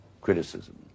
criticism